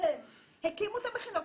לדורותיהם הקימו את המכינות,